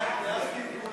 כן, כן, בעד, בעד.